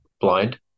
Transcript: blind